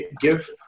Give